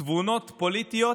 תבונות פוליטיות.